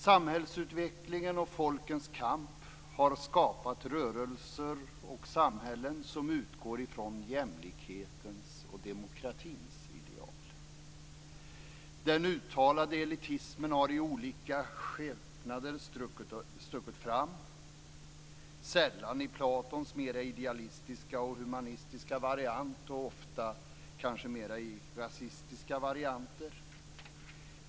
Samhällsutvecklingen och folkens kamp har skapat rörelser och samhällen som utgår från jämlikhetens och demokratins ideal. Den uttalade elitismen har i olika skepnader stuckit fram, sällan i Platons idealistiska och mera humanistiska variant utan ofta kanske i mera rasistiska varianter.